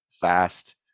fast